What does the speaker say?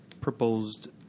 proposed